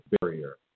barrier